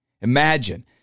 Imagine